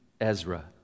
Ezra